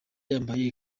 yambaye